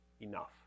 enough